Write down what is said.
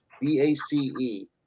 B-A-C-E